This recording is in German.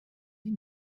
die